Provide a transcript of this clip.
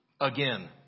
again